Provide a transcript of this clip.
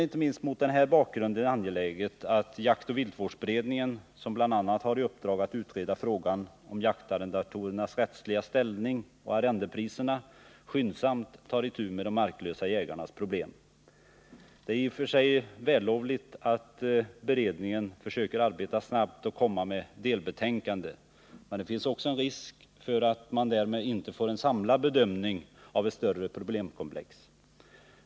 Inte minst mot den bakgrunden är det därför angeläget att jaktoch viltvårdsberedningen, som bl.a. har i uppdrag att utreda frågan om jaktarrendatorernas rättsliga ställning och arrendepriserna, skyndsamt tar itu med de marklösa jägarnas problem. Det är i och för sig vällovligt att beredningen försöker arbeta snabbt och komma med ett delbetänkande, men det finns därmed en risk för att man inte får en samlad bedömning av ett större problemkomplex.